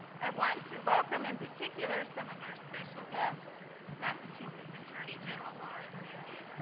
i want to welcome in particular some of our special guests massachusetts attorney general maura healey,